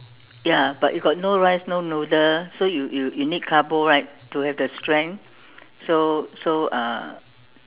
ya but if got no rice no noodle so you you you need carbo right to have the strength so so uh